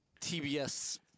TBS